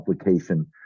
application